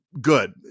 good